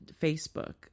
Facebook